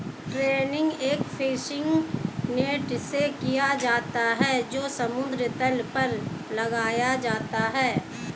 trawling एक fishing net से किया जाता है जो समुद्र तल पर लगाया जाता है